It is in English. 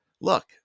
look